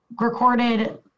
recorded